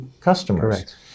customers